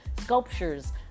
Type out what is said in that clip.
sculptures